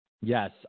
Yes